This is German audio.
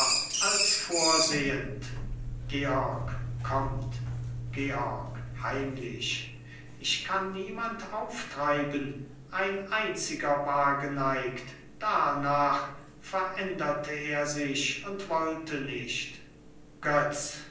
als vorsehend georg kommt georg heimlich ich kann niemand auftreiben ein einziger war geneigt darnach veränderte er sich und wollte nicht götz